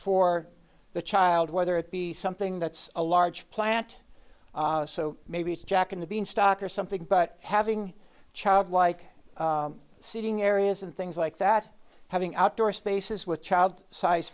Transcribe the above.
for the child whether it be something that's a large plant so maybe jackin to be in stock or something but having a child like seating areas and things like that having outdoor spaces with child size